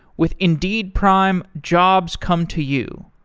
with indeed prime, jobs come to you.